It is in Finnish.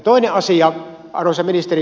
toinen asia arvoisa ministeri